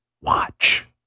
Watch